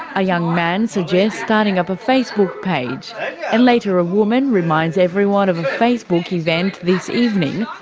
a young man suggests starting up a facebook page and later a woman reminds everyone of a facebook event this evening,